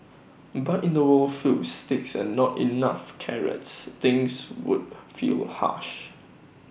but in the world filled sticks and not enough carrots things would feel harsh